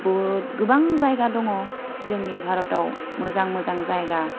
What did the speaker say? बहुद गोबां जायगा दङ जोंनि भारताव मोजां मोजां जायगा